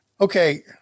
Okay